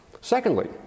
Secondly